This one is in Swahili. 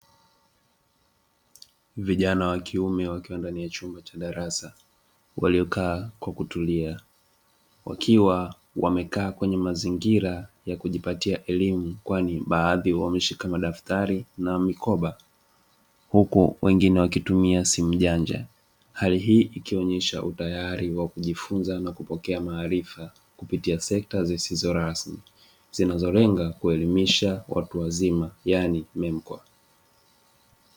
Vijana wa kiume wakiwa ndani ya chumba cha darasa waliokaa kwa kutulia, wakiwa wamekaa kwenye mazingira ya kujipatia elimu kwani baadhi wameshika madaftari na mikoba, huku wengine wakitumia simu janja. Hali hii ikionyesha utayari wa kujifunza na kupokea maarifa kupitia sekta zisizo rasmi, zinazolenga kuelimisha watu wazima yaani MEMKWA.